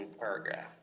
paragraph